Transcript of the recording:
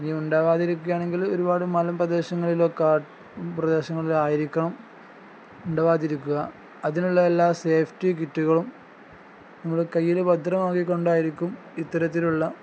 ഇനി ഉണ്ടാവാതിരിക്കുകയാണെങ്കിൽ ഒരുപാട് മലമ്പ്രദേശങ്ങളിലോ കാട് പ്രദേശങ്ങളിലായിരിക്കണം ഉണ്ടവാതിരിക്കുക അതിനുള്ള എല്ലാ സേഫ്റ്റി കിറ്റുകളും നമ്മൾ കയ്യില് ഭദ്രമാക്കിക്കൊണ്ടായിരിക്കും ഇത്തരത്തിലുള്ള